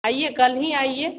आइए कल ही आइए